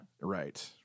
Right